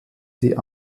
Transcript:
sie